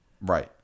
Right